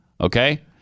okay